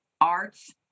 Arts